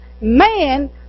man